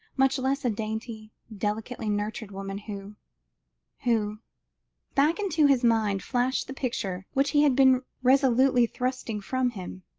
much less a dainty, delicately nurtured woman who who back into his mind flashed the picture which he had been resolutely thrusting from him,